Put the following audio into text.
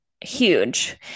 huge